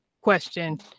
question